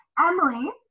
Emily